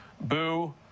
Boo